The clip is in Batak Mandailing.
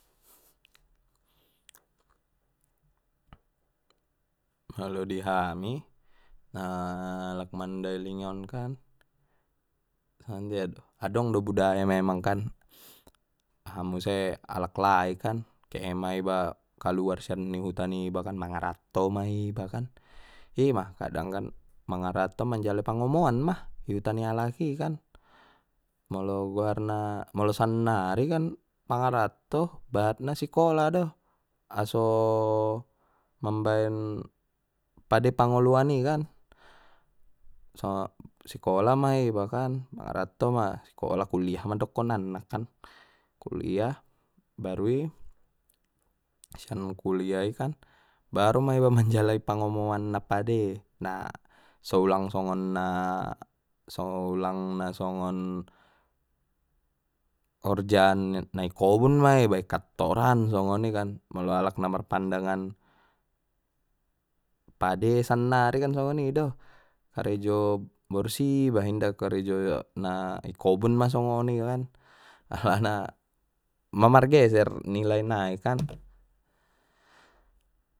Molo di hami na alak mandailing on kan sonjia do adong do budaya memang aha muse alak lai kan ke he ma iba kaluar sian ni huta niba kan mangaratto ma iba kan ima kadang kan mangaratto manjalai pangomoan ma i huta ni alak i kan molo goarna molo sannari kan mangaratto bahat na sikola do aso mambaen pade pangoluan i kan sikola ma iba mangaratto ma sikola kuliah ma dokonan na kan kuliah baru i sian kuliah i kan baru ma iba manjalai pangomoan na pade na so ulang songon na so ulang na songon na korja na i kobun ma iba i kattoran songoni kan molo alak na marpandangan pade sannari sonido karejo borsih iba inda karejo na i kobun ma soni kan alana ma margeser nilai nai kan.